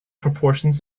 proportions